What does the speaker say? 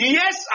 yes